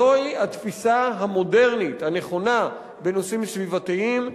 זוהי התפיסה המודרנית, הנכונה, בנושאים סביבתיים.